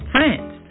France